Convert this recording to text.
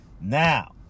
Now